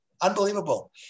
Unbelievable